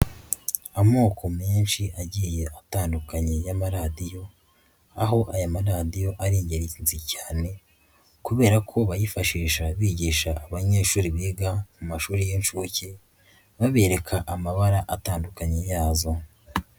Amoko menshi agiye atandukanye y'amaradiyo, aho aya maradiyo ari ingenzi cyane kubera ko bayifashisha bigisha abanyeshuri biga mu mashuri y'inshuke, babereka amabara atandukanye yazo.